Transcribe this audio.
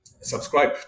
subscribe